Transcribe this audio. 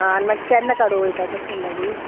आनी मागीर केन्ना काडूं वयता तर तुमी मागीर